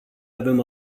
avem